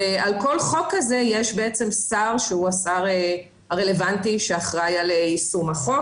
ועל כל חוק כזה יש שר שהוא השר הרלוונטי שאחראי על יישום החוק.